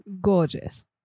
gorgeous